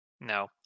no